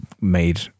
made